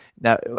Now